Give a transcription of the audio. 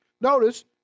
Notice